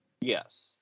Yes